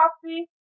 coffee